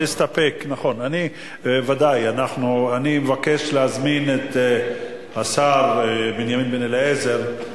אני מבקש להזמין את השר בנימין בן-אליעזר.